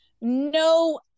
no